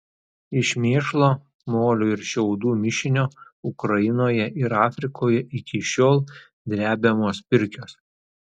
iš mėšlo molio ir šiaudų mišinio ukrainoje ir afrikoje iki šiol drebiamos pirkios